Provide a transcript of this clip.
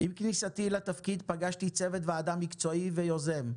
עם כניסתי לתפקיד פגשתי צוות ועדה מקצועי ויוזם,